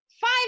five